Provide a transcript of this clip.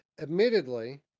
admittedly